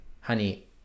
Honey